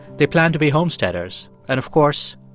they planned to be homesteaders. and of course,